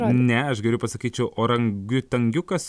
ne aš geriau pasakyčiau oran giutangiukas